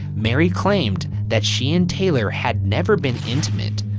mary claimed that she and taylor had never been intimate.